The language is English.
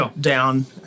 down